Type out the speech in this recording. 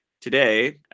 today